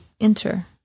enter